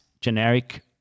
generic